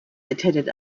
attended